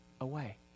away